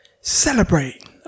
Celebrate